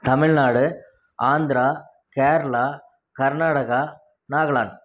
Tamil Nadu Andhra Kerala Karnataka Nagaland